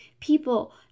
people